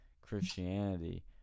Christianity